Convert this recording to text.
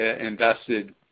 invested